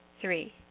Three